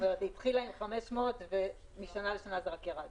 היא התחילה עם 500 ומשנה לשנה זה רק ירד.